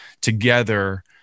together